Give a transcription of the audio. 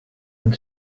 and